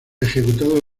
ejecutado